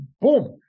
boom